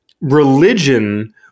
religion –